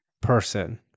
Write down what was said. person